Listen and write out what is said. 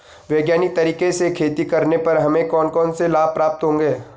वैज्ञानिक तरीके से खेती करने पर हमें कौन कौन से लाभ प्राप्त होंगे?